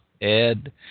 Ed